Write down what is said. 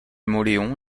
mauléon